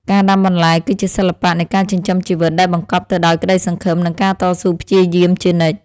ការដាំបន្លែគឺជាសិល្បៈនៃការចិញ្ចឹមជីវិតដែលបង្កប់ទៅដោយក្តីសង្ឃឹម និងការតស៊ូព្យាយាមជានិច្ច។